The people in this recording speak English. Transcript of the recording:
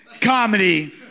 comedy